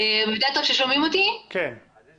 עלו